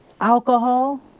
alcohol